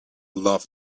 love